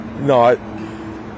no